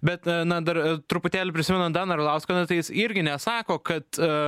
bet na dar truputėlį prisimenant daną arlauską tai jis irgi nesako kad